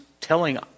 telling